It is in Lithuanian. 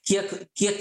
kiek kiek